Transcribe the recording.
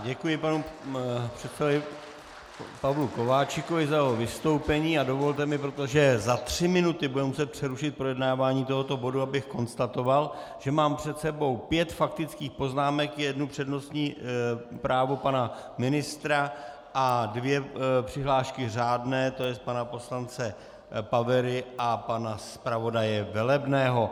Děkuji panu předsedovi Pavlu Kováčikovi za jeho vystoupení a dovolte mi, protože za tři minuty budeme muset přerušit projednávání tohoto bodu, abych konstatoval, že mám před sebou pět faktických poznámek, jedno přednostní právo pana ministra a dvě přihlášky řádné, to je pana poslance Pavery a pana zpravodaje Velebného.